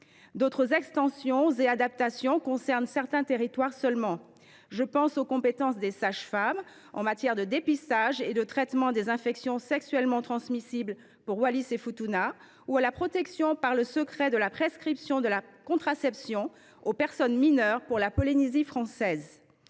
D’autres extensions et adaptations concernent certains territoires seulement. Je pense aux compétences des sages femmes en matière de dépistage et de traitement des infections sexuellement transmissibles, pour les îles Wallis et Futuna, ou à la protection par le secret de la prescription de la contraception aux personnes mineures, pour la Polynésie française.